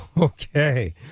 Okay